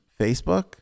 Facebook